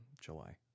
July